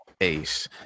ace